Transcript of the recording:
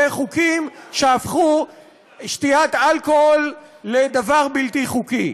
חוקים שהפכו שתיית אלכוהול לדבר בלתי חוקי.